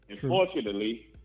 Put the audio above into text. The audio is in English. Unfortunately